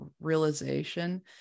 realization